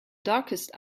darkest